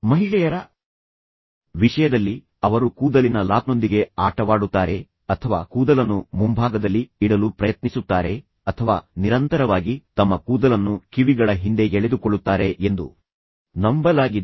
ಮಹಿಳೆಯರ ವಿಷಯದಲ್ಲಿ ಅವರು ಕೂದಲಿನ ಲಾಕ್ನೊಂದಿಗೆ ಆಟವಾಡುತ್ತಾರೆ ಅಥವಾ ಕೂದಲನ್ನು ಮುಂಭಾಗದಲ್ಲಿ ಇಡಲು ಪ್ರಯತ್ನಿಸುತ್ತಾರೆ ಅಥವಾ ನಿರಂತರವಾಗಿ ತಮ್ಮ ಕೂದಲನ್ನು ಕಿವಿಗಳ ಹಿಂದೆ ಎಳೆದುಕೊಳ್ಳುತ್ತಾರೆ ಎಂದು ನಂಬಲಾಗಿದೆ